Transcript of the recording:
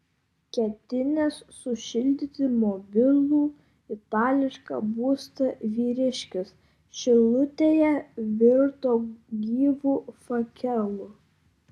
ketinęs sušildyti mobilų itališką būstą vyriškis šilutėje virto gyvu fakelu